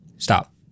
stop